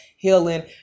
healing